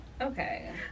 Okay